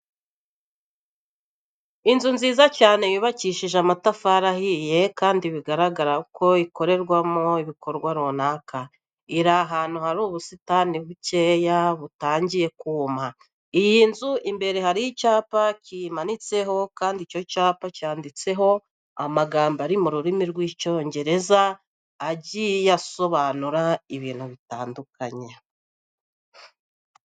Inzu nziza cyane yubakishije amatafari ahiye kandi bigaragara ko ikorerwamo ibikorwa runaka, iri ahantu hari ubusitani bukeya butangye kuma. Iyi nzu imbere hari icyapa kiyimanitseho kandi icyo cyapa cyanditseho amagambo ari mu rurimi rw'Icyongereza agiye asobanura ibintu bitandukanye.